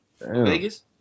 Vegas